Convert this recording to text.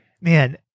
man